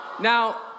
Now